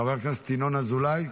חבר הכנסת ינון אזולאי.